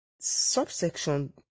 Subsection